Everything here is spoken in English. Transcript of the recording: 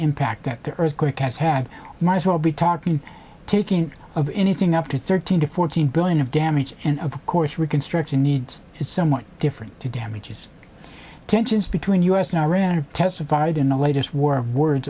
impact that the earthquake has had might as well be talking taking of anything up to thirteen to fourteen billion of damage and of course reconstruction needs is somewhat different damages tensions between u s and iran have testified in the latest war of words